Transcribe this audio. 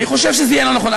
אני חושב שזה יהיה לא נכון.